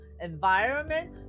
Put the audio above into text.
environment